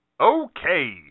Okay